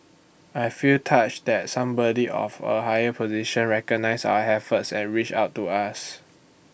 I feel touched that somebody of A higher position recognised our efforts and reached out to us